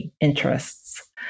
interests